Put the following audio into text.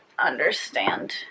understand